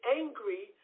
angry